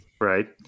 Right